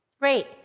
Great